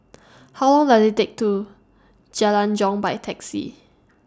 How Long Does IT Take to Jalan Jong By Taxi